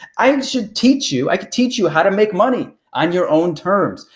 i and should teach you, i could teach you how to make money on your own terms.